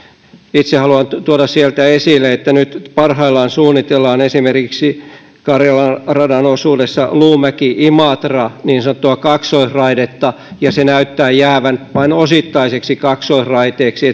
itse haluan tuoda sieltä esille että nyt parhaillaan suunnitellaan esimerkiksi karjalan radan osuudella luumäki imatra niin sanottua kaksoisraidetta ja se näyttää jäävän vain osittaiseksi kaksoisraiteeksi